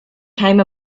came